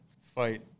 fight